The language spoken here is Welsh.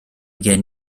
gen